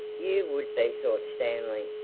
you would be! thought stanley.